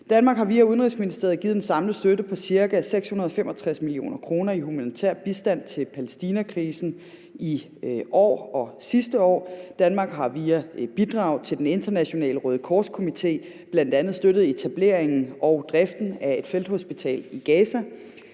Danmark har via Udenrigsministeriet i år og sidste år givet en samlet støtte på ca. 665 mio. kr. i humanitær bistand i forbindelse med Palæstinakrisen. Danmark har via bidrag til Den Internationale Røde Kors Komité bl.a. støttet etableringen og driften af et felthospital i Gaza.